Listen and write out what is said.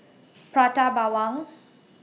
Prata Bawang